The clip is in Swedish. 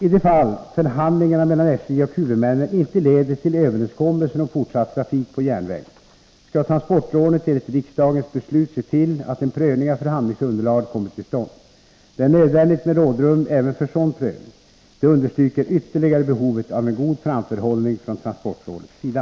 I de fall förhandlingarna mellan SJ och huvudmännen inte leder till överenskommelser om fortsatt trafik på järnväg skall transportrådet enligt riksdagens beslut se till att en prövning av förhandlingsunderlaget kommer till stånd. Det är nödvändigt med rådrum även för sådan prövning. Det understryker ytterligare behovet av en god framförhållning från transportrådets sida.